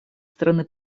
стороны